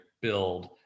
build